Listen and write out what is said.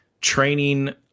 training